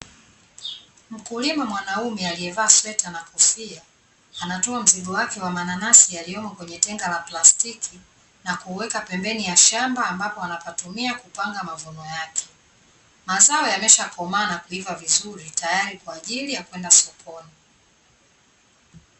Mkulima mwanaume aliyevaa sweta na kofia anatoa mzigo wake wa mananasi yaliyomo kwenye tenga la plastiki na kuweka pembeni ya shamba ambapo anapatumia kupanga mavuno yake. Mazao yameshakomaa na kuivaa vizuri tayari kwa ajili ya kwenda sokoni.